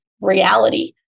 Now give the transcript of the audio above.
reality